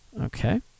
Okay